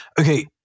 Okay